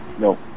No